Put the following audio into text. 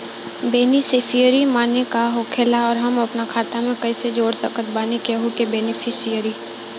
Beneficiary माने का होखेला और हम आपन खाता मे कैसे जोड़ सकत बानी केहु के बेनीफिसियरी?